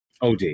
OD